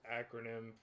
acronym